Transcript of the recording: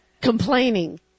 Complaining